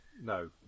No